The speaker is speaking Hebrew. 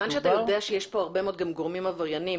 שאתה יודע שיש פה הרבה מאוד גם גורמים עבריינים,